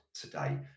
today